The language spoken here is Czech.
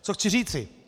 Co chci říci?